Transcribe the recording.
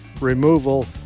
removal